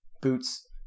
boots